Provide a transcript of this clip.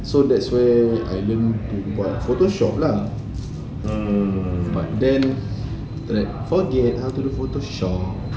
so that's where I learn photoshop lah but then like forget how to do photoshop